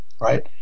right